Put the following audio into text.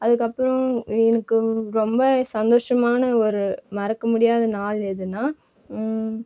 அதுக்கப்புறம் எனக்கு ரொம்ப சந்தோஷமான ஒரு மறக்கமுடியாத நாள் எதுனா